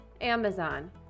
Amazon